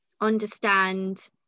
understand